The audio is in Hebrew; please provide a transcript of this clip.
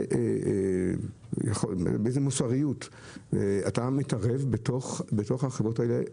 איך אתה מתערב בחברות האלה?